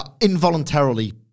Involuntarily